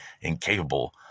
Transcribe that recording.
incapable